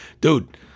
dude